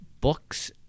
books